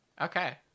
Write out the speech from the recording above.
okay